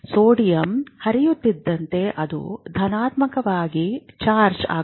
sodium ಹರಿಯುತ್ತಿದ್ದಂತೆ ಅದು ಧನಾತ್ಮಕವಾಗಿ ಚಾರ್ಜ್ ಆಗುತ್ತದೆ